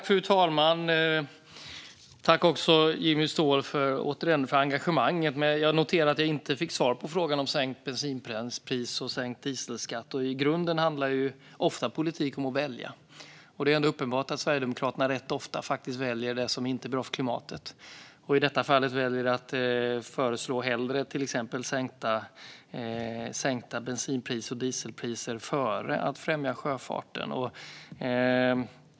Fru talman! Jag tackar återigen Jimmy Ståhl för engagemanget. Men jag noterar att jag inte fick svar på frågan om sänkt bensinpris och sänkt dieselskatt. I grunden handlar ofta politik om att välja. Det är ändå uppenbart att Sverigedemokraterna rätt ofta väljer det som inte är bra för klimatet. I detta fall väljer man att föreslå till exempel sänkta bensin och dieselpriser hellre än att främja sjöfarten.